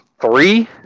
Three